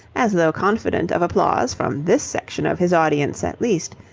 as though confident of applause from this section of his audience at least.